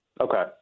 Okay